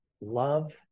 love